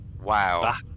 Wow